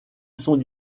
sont